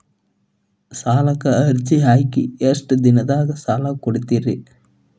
ಸಾಲಕ ಅರ್ಜಿ ಹಾಕಿ ಎಷ್ಟು ದಿನದಾಗ ಸಾಲ ಕೊಡ್ತೇರಿ?